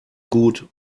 gut